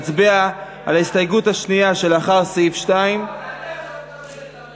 נצביע על ההסתייגות השנייה שלאחר סעיף 2. חברים,